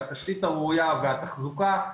והתשתית הראויה והתחזוקה,